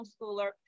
homeschooler